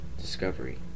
Discovery